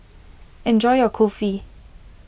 enjoy your Kulfi